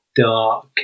dark